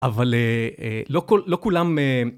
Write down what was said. אבל לא לא כולם...